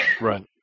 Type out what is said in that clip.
Right